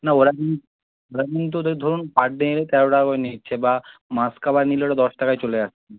না ওরা কিন ওরা কিন্তু ওদের ধরুন পার ডে তেরো টাকা করে নিচ্ছে বা মাসকাবার নিলে ওটা দশ টাকায় চলে আসছে